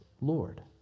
Lord